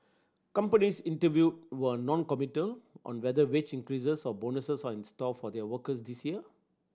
companies interviewed were noncommittal on whether wage increases or bonuses are in store for their workers this year